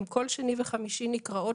הן כל יום שני וכל יום חמישי נקראות